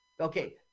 Okay